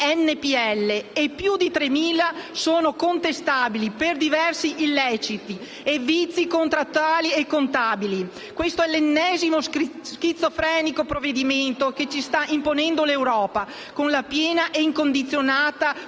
che più di 3.000 di questi sono contestabili per diversi illeciti e vizi contrattuali e contabili. Questo è l'ennesimo schizofrenico provvedimento che ci sta imponendo l'Europa, con la piena e incondizionata